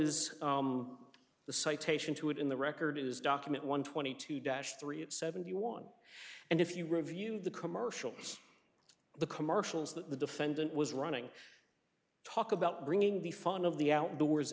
is the citation to it in the record is document one twenty two dash three at seventy one and if you review the commercials the commercials that the defendant was running talk about bringing the fun of the outdoors